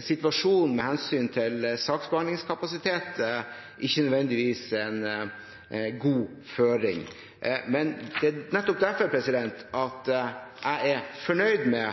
Situasjonen med hensyn til saksbehandlingskapasitet er ikke nødvendigvis en god føring. Det er nettopp derfor jeg er fornøyd med